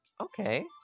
Okay